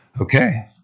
Okay